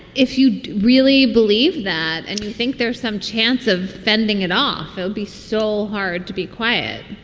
if you really believe that and you think there's some chance of fending it off. so be so hard to be quiet